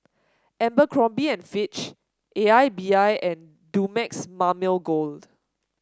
Abercrombie and Fitch A I B I and Dumex Mamil Gold